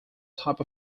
type